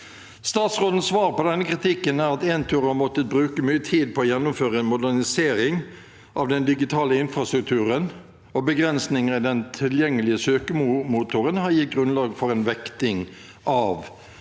Statsrådens svar på denne kritikken er at Entur har måttet bruke mye tid på å gjennomføre en modernisering av den digitale infrastrukturen, og begrensninger i den tilgjengelige søkemotoren har gitt grunnlag for en vekting av